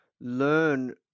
learn